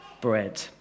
bread